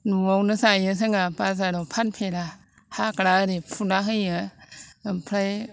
न'आवनो जायो जोंहा बाजाराव फानफेरा हाग्रा आरि फुना होयो ओमफ्राय